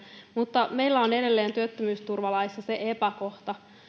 mutta meillä on edelleen työttömyysturvalaissa se epäkohta